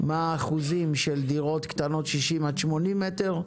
מה האחוזים של דירות קטנות 60 עד 80 מ"ר,